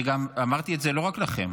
וגם אמרתי את זה לא רק לכם,